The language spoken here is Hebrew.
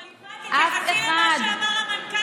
אבל יפעת, תתייחסי למה שאמר המנכ"ל שלך.